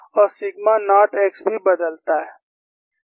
और sigma naught x भी बदलता है